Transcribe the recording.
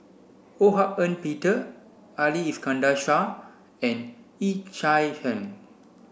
Ho Hak Ean Peter Ali Iskandar Shah and Yee Chia Hsing